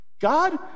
God